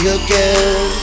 again